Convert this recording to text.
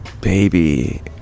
baby